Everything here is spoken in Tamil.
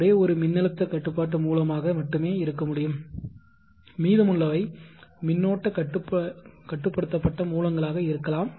ஒரே ஒரு மின்னழுத்த கட்டுப்பாட்டு மூலமாக மட்டுமே இருக்க முடியும் மீதமுள்ளவை மின்னோட்ட கட்டுப்படுத்தப்பட்ட மூலங்களாக இருக்கலாம்